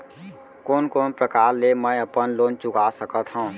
कोन कोन प्रकार ले मैं अपन लोन चुका सकत हँव?